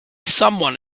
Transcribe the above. someone